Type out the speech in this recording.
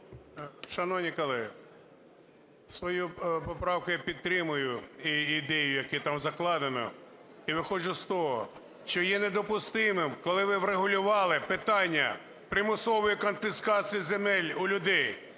Шановні колеги, свою поправку я підтримую і ідею, яку там закладено. І виходжу з того, що є недопустимим, коли ви врегулювали питання примусової конфіскації земель у людей.